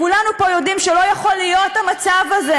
כולנו פה יודעים שלא יכול להיות המצב הזה,